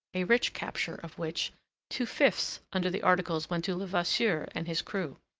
a rich capture of which two fifths under the articles went to levasseur and his crew.